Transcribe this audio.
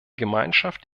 gemeinschaft